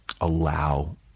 allow